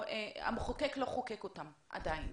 המחוקק לא חוקק אותם עדיין.